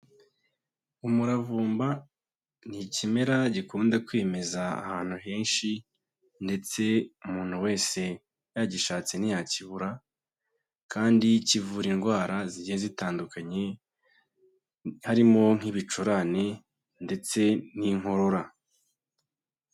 Umuravumba ni ikimera gikunda kwimeza ahantu henshi ndetse umuntu wese yagishatse ntiyakibura kandi kivura indwara zigiye zitandukanye harimo nk'ibicurane ndetse n'inkorora.